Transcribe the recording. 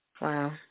wow